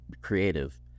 creative